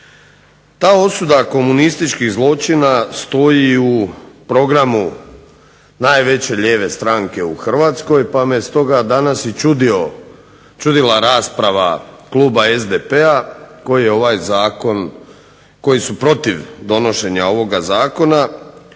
Ta osuda komunističkih zločina stoji u programu najveće lijeve stranke u Hrvatskoj pa me stoga danas i čudila rasprava kluba SDP-a koji su protiv donošenja ovoga zakona.